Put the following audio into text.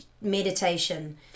meditation